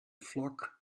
flock